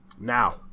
now